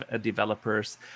developers